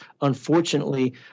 unfortunately